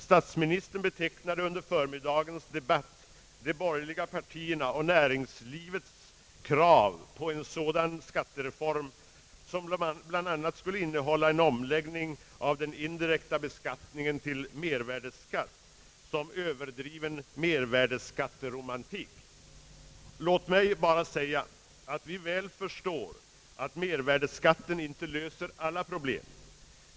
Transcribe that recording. Statsministern betecknade under förmiddagens debatt de borgerliga partiernas och näringslivets krav på en sådan skattereform, som bland annat skulle innehålla en omläggning av den indirekta beskattningen till mervärdeskatt, som överdriven mervärdeskatteromantik. Låt mig bara säga att vi väl förstår att mervärdeskatten inte löser alla problem.